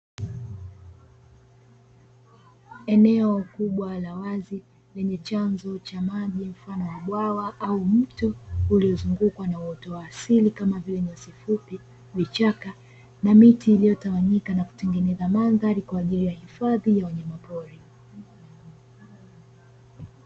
Eneo kubwa la wazi lenye chanzo cha maji mfano wa bwawa au mto ulizungukwa na uoto wa asili kama vile nyasi fupi, vichaka na miti iliyotawanyika na kutengeneza madhari kwa ajili ya hifadhi ya wanyamapori.